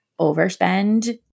overspend